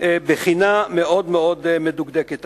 בחינה מאוד מאוד מדוקדקת.